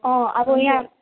अँ अब यहाँ